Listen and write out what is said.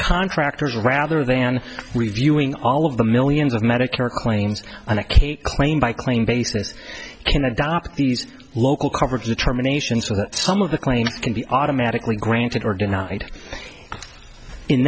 contractors rather than reviewing all of the millions of medicare claims and a claim by claim basis can adopt these local coverage determination so that some of the claims can be automatically granted or denied in